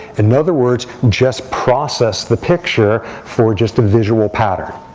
in other words, just process the picture for just a visual pattern.